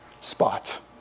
spot